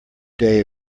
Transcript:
day